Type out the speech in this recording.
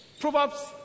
Proverbs